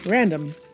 Random